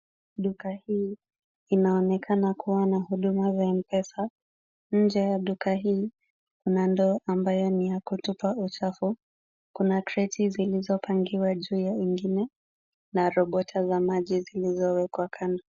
Duka hii inaonekana kuwa ya huduma za M-Pesa. Nje ya duka hii kuna ndoo ambayo ni ya kutupa uchafu. Kuna kreti zilizopangiwa juu ya ingine na robota za maji zilizowekwa kando.